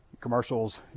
commercials